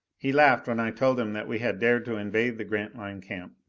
he laughed when i told him that we had dared to invade the grantline camp,